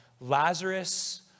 Lazarus